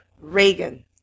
Reagan